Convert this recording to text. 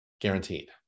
Guaranteed